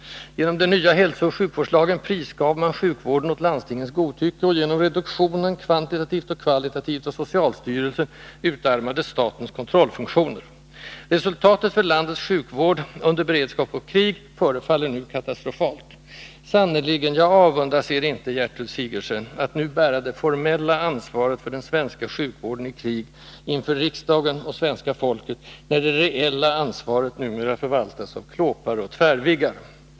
Genom den nya hälsooch sjukvårdslagen prisgav man sjukvården åt landstingens godtycke, och genom reduktionen, kvantitativt och kvalitativt, av socialstyrelsen utarmades statens kontrollfunktioner. Resultatet för landets sjukvård under beredskap och krig förefaller nu katastrofalt. Sannerligen, jag avundas er inte, Gertrud Sigurdsen, att inför riksdagen och svenska folket bära det formella ansvaret för den svenska sjukvården i krig, när det reella ansvaret numera förvaltas av klåpare och tvärviggar.